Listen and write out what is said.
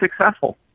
successful